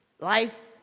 Life